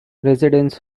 residence